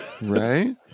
Right